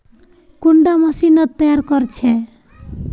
कुंडा मशीनोत तैयार कोर छै?